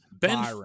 Ben